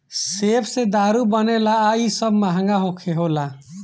सेब से दारू बनेला आ इ सब महंगा होला